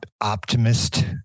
optimist